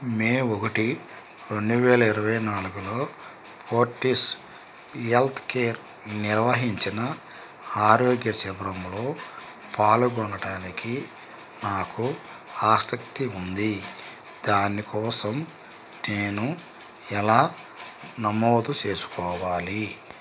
మే ఒకటి రెండు వేల ఇరవై నాలుగులో హోర్టిస్ హెల్త్కేర్ నిర్వహించిన ఆరోగ్య శిబిరంలో పాలుగొనటానికి నాకు ఆసక్తి ఉంది దాని కోసం నేను ఎలా నమోదు చేసుకోవాలి